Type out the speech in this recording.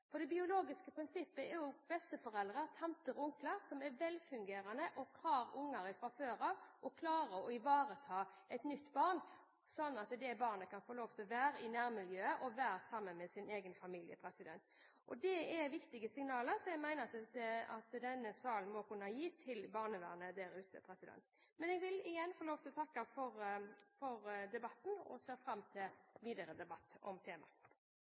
For det biologiske prinsippet er jo at man bruker besteforeldre, tanter og onkler, som er velfungerende og har barn fra før av, og klarer å ivareta et nytt barn, sånn at det barnet kan få lov til å være i nærmiljøet og være sammen med sin egen familie. Det er viktige signaler som jeg mener at denne salen må kunne gi til barnevernet der ute. Men jeg vil igjen få lov til å takke for debatten og ser fram til videre debatt om temaet.